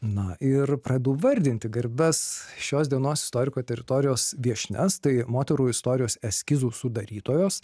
na ir pradedu vardinti garbias šios dienos istoriko teritorijos viešnias tai moterų istorijos eskizų sudarytojos